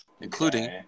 including